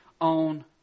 on